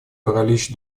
паралич